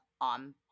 on